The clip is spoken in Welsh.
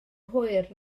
hwyr